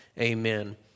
Amen